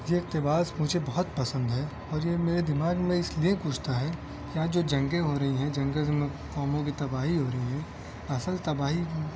یہ اقتباس مجھے بہت پسند ہے اور یہ میرے دماغ میں اس لیے گھستا ہے کہ آج جو جنگیں ہو رہی ہیں جنگوں سے قوموں کی تباہی ہو رہی ہے اصل تباہی